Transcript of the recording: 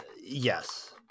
Yes